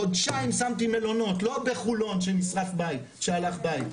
חודשיים שמתי מלונות, לא בחולון שהלך בית.